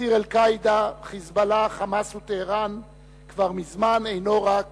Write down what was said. ציר "אל-קאעידה" "חיזבאללה" "חמאס" וטהרן כבר מזמן אינו רק